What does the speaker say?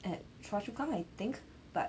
at chua chu kang I think but